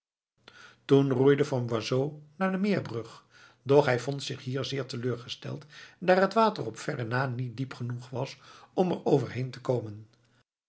roeide van boisot naar de meerbrug doch hij vond zich hier zeer teleurgesteld daar het water op verre na niet diep genoeg was om er over heen te komen